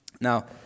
Now